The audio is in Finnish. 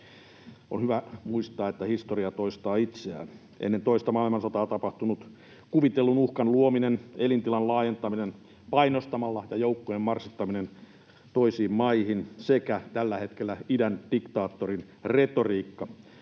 On hyvä muistaa, että historia toistaa itseään. Ennen toista maailmansotaa tapahtunut kuvitellun uhkan luominen, elintilan laajentaminen painostamalla ja joukkojen marssittaminen toisiin maihin sekä tällä hetkellä idän diktaattorin retoriikka